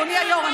אדוני היושב-ראש,